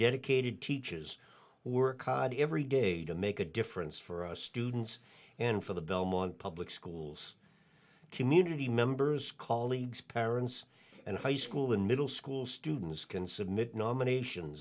dedicated teaches work on every day to make a difference for a students and for the belmont public schools community members colleagues parents and high school and middle school students can submit nomination